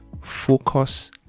focus